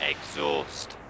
Exhaust